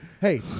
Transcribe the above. Hey